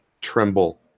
tremble